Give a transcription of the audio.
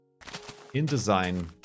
InDesign